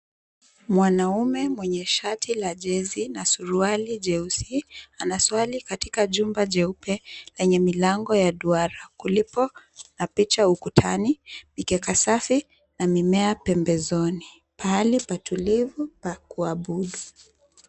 Mwanaume mwenye shati la jezi na suruali jeusi anaswali katika jumba jeupe yenye milango ya duara, kuliko na picha ukutani mikeka safi na mimea pembezoni. Pahali patulivu pa kuabudu.